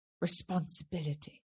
responsibility